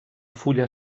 fulla